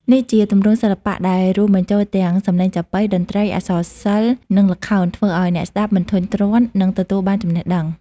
នេះជាទម្រង់សិល្បៈដែលរួមបញ្ចូលទាំង សំឡេងចាបុី តន្ត្រី អក្សរសិល្ប៍ និងល្ខោន ធ្វើឱ្យអ្នកស្តាប់មិនធុញទ្រាន់ និងទទួលបានចំណេះដឹង។